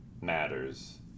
matters